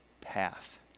path